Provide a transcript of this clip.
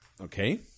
Okay